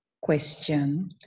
question